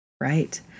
right